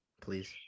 please